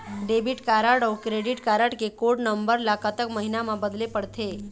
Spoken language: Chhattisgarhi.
डेबिट कारड अऊ क्रेडिट कारड के कोड नंबर ला कतक महीना मा बदले पड़थे?